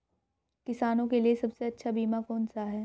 किसानों के लिए सबसे अच्छा बीमा कौन सा है?